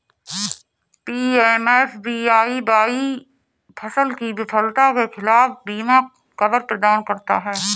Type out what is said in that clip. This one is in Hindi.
पी.एम.एफ.बी.वाई फसल की विफलता के खिलाफ बीमा कवर प्रदान करता है